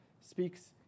speaks